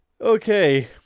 Okay